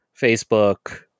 Facebook